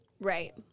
Right